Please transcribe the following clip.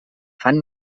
fan